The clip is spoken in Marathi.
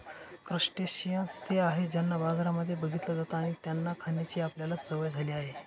क्रस्टेशियंन्स ते आहेत ज्यांना बाजारांमध्ये बघितलं जात आणि त्यांना खाण्याची आपल्याला सवय झाली आहे